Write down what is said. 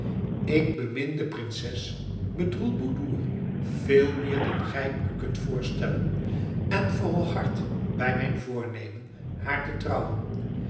ik bemin de prinses bedroelboedoer veel meer dan gij u kunt voorstellen en volhard bij mijn voornemen haar te trouwen